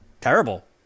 terrible